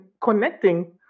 connecting